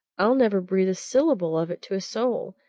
i'll never breathe a syllable of it to a soul!